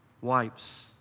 wipes